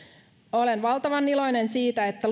olen valtavan iloinen siitä että